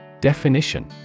Definition